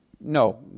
no